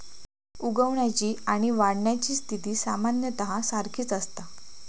उगवण्याची आणि वाढण्याची स्थिती सामान्यतः सारखीच असता